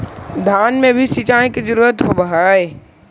धान मे भी सिंचाई के जरूरत होब्हय?